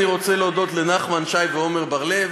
אני רוצה להודות לנחמן שי ועמר בר-לב,